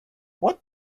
what